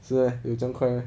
是 meh 有这样快 meh